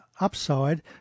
upside